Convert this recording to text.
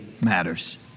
matters